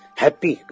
happy